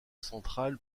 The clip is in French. centrale